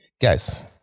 Guys